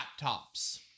laptops